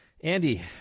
andy